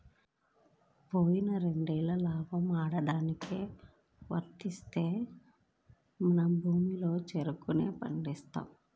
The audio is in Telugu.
పోయిన రెండేళ్ళు లాభాలు ఆడాడికే వత్తన్నా మన భూముల్లో చెరుకునే పండిస్తున్నాం